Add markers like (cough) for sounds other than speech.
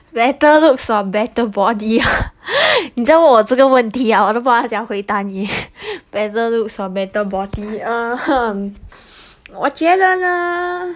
better looks or better body (laughs) 你再问我这个问题 ah 我都不懂怎样回答你 eh whether looks or whether body uh hmm 我觉得呢